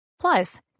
Plus